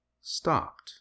stopped